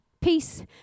peace